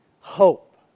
hope